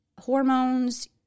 hormones